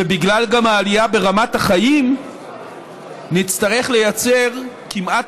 ובגלל העלייה ברמת החיים גם נצטרך לייצר כמעט